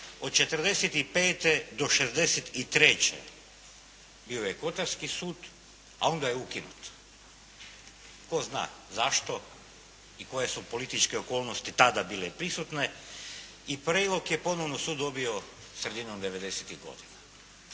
Od '45. do '63 bio je kotarski sud, a onda je ukinut. Tko zna zašto i koje su političke okolnosti tada bile prisutne. I Prelog je ponovno sud dobio sredinom '90.-tih godina.